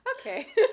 Okay